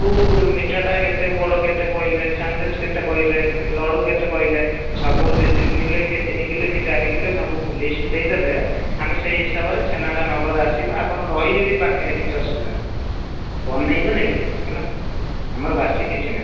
କେଉଁ ମିଠା ଟା କେତେ ପୋଡ଼ କେତେ କହିଲେ ସ୍ୟାଣ୍ଡୱିଚ କେତେ କହିଲେ ଲଡ଼ୁ କେତେ କହିଲେ ସବୁ କିଏ ଦୁଇ କିଲୋ କିଏ ତିନି କିଲୋ କି ଚାରି କିଲୋ ସବୁ ଲିଷ୍ଟ୍ ଦେଇଦେଲେ ଆମେ ସେହି ହିସାବ ରେ ଛେନା ଟା ନଗଦ ଆସିବ ଆପଣ ରହିଯିବେ କି ପାଖରେ କିଛି ଅସୁବିଧା ନାହିଁ ବନେଇବୁ ନେଇକି ଯିବେ ହେଲା ଆମର ବାସି କିଛି ନାହିଁ